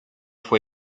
fue